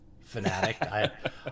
fanatic